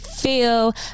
Feel